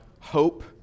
hope